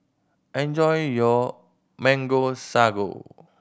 enjoy your Mango Sago